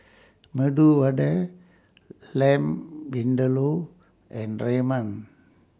Medu Vada Lamb Vindaloo and Ramen